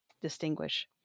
distinguish